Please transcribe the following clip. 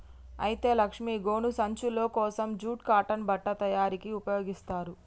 అయితే లక్ష్మీ గోను సంచులు కోసం జూట్ కాటన్ బట్ట తయారీకి ఉపయోగిస్తారు